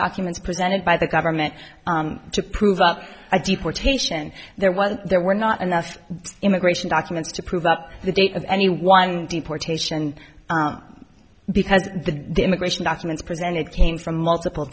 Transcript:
documents presented by the government to prove up i deportation there was there were not enough immigration documents to prove up the date of anyone deportation because the immigration documents presented came from multiple